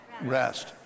Rest